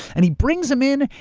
and he brings them in,